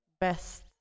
best